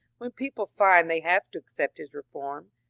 when people find they have to accept his reform,